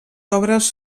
obres